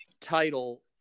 title